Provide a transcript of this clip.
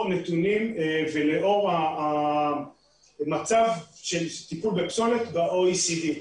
נתונים ולאור המצב של טיפול בפסולת ב-OECD.